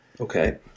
Okay